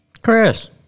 Chris